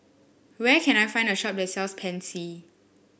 where can I find a shop that sells Pansy